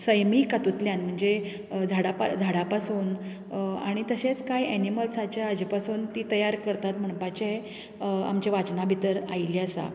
सैमीक हातूंतल्यान म्हणजे झाडां पा झाडां पासून आनी तशेंच कांय एनिमल्साच्या हाचे पासून ती तयार करतात म्हणपाचे आमच्या वाचनां भितर आयल्ले आसा